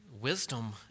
wisdom